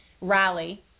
rally